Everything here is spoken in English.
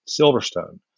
Silverstone